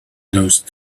these